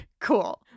Cool